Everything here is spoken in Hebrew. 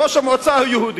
ראש המועצה הוא יהודי.